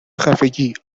خفگی